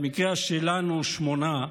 במקרה שלנו שמונה,